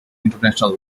international